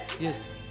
yes